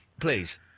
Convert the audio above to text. please